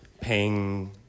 Ping